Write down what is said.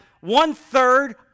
one-third